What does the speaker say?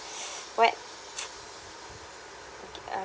what uh